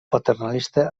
paternalista